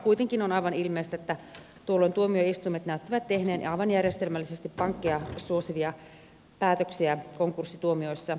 kuitenkin on aivan ilmeistä että tuolloin tuomioistuimet tekivät aivan järjestelmällisesti pankkeja suosivia päätöksiä konkurssituomioissa